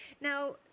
Now